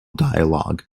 dialogue